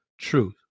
truth